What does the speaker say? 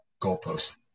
goalposts